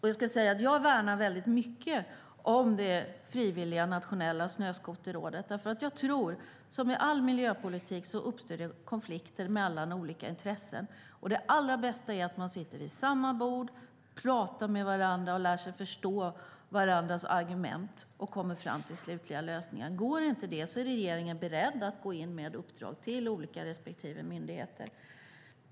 Jag värnar mycket om det frivilliga Nationella snöskoterrådet. Som i all miljöpolitik uppstår det konflikter mellan olika intressen, och det allra bästa är att man sitter vid samma bord, pratar med varandra och lär sig förstå varandras argument och kommer fram till slutliga lösningar. Går inte det är regeringen beredd att gå in med uppdrag till olika myndigheter.